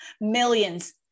millions